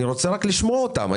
אני רוצה לשמוע אותם.